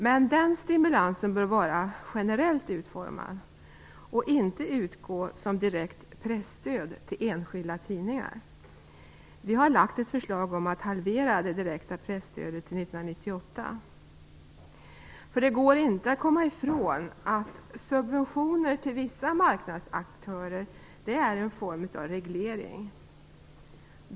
Men den stimulansen bör vara generellt utformad och inte utgå som direkt presstöd till enskilda tidningar. Vi har lagt fram ett förslag om en halvering av det direkta presstödet till 1998. Det går nämligen inte att komma ifrån det faktum att subventioner till vissa marknadsaktörer är en form av reglering.